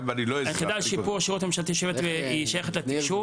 היחידה לשיפור השירות הממשלתי שייכת לתקשוב.